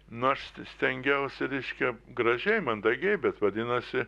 nu aš stengiausi reiškia gražiai mandagiai bet vadinasi